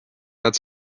nad